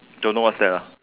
don't know what that's ah